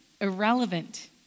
irrelevant